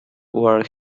where